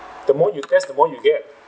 the more you test the more you get